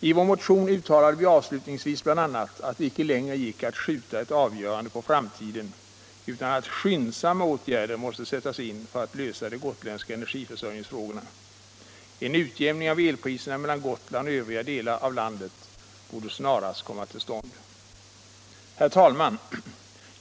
I vår motion uttalade vi avslutningsvis bl.a. att det inte längre gick att skjuta ett avgörande på framtiden utan att skyndsamma åtgärder måste sättas in för att lösa de gotländska energiförsörjningsfrågorna. En utjämning av elpriserna mellan Gotland och övriga delar av landet borde snarast komma till stånd. Herr talman!